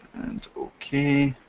and ok.